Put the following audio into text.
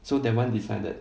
so that one decided